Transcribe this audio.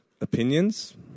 opinions